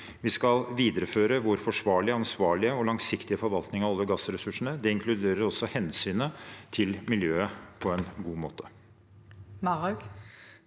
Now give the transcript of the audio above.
Vi skal videreføre vår forsvarlige, ansvarlige og langsiktige forvaltning av olje- og gassressursene – det inkluderer også hensynet til miljøet – på en god måte.